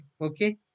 Okay